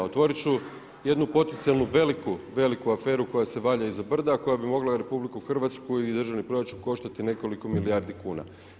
Otvoriti ću jednu potencijalnu veliku, veliku aferu, koja se valja iza brda, koja bi mogla RH i državni proračun koštati nekoliko milijardi kuna.